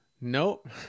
Nope